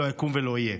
לא יקום ולא יהיה.